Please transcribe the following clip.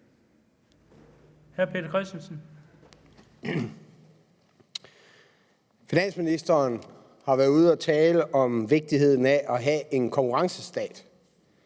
Peter Christensen (V): Finansministeren har været ude at tale om vigtigheden af at have en konkurrencestat.